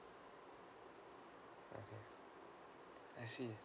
I see